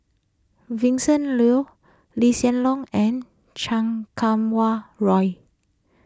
Vincent Leow Lee Hsien Loong and Chan Kum Wah Roy